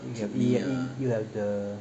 you can't lie and you have the